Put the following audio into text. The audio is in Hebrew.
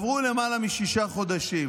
שעברו למעלה משישה חודשים.